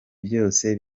byose